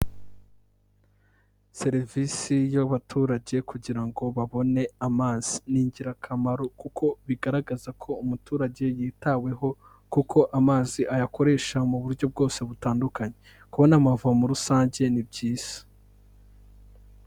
Serivisi y'abaturage kugira ngo babone amazi, ni ingirakamaro kuko bigaragaza ko umuturage yitaweho kuko amazi ayakoresha mu buryo bwose butandukanye, kubona amavomo rusange ni byiza.